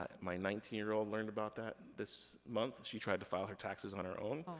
and my nineteen year old learned about that this month. she tried to file her taxes on her own.